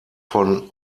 von